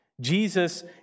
Jesus